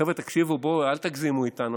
חבר'ה, תקשיבו, בואו, אל תגזימו איתנו.